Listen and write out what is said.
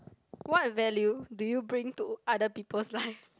what value do you bring to other people's life